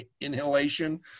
inhalation